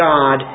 God